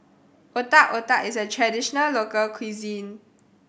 Otak Otak is a traditional local cuisine